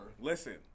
Listen